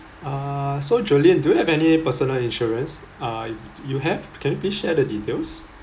ah so jolene do you have any personal insurance ah if you have can you please share the details